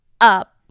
up